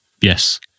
Yes